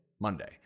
Monday